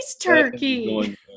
turkey